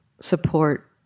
support